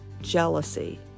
jealousy